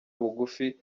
bugufi